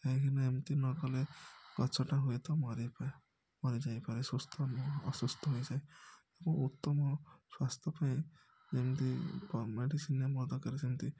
କାହିଁକିନା ଏମିତି ନ କଲେ ଗଛଟା ହୁଏତ ମରି ପା ମରି ଯାଇପାରେ ସୁସ୍ଥ ନ ଅସୁସ୍ଥ ହୋଇଯାଏ ଏବଂ ଉତ୍ତମ ସ୍ୱାସ୍ଥ୍ୟ ପାଇଁ ଯେମିତି ମେଡ଼ିସିନ୍ ଆମର ଦରକାର ସେମିତି